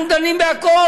אנחנו דנים בכול,